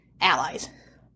allies